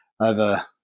over